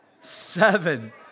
seven